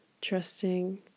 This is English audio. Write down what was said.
trusting